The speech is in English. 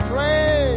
Pray